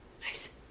Nice